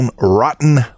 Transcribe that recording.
rotten